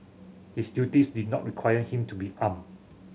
his duties did not require him to be arm